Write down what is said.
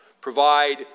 provide